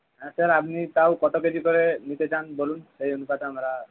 হ্যাঁ স্যার আপনি তাও কত কেজি করে নিতে চান বলুন সেই অনুপাতে আমরা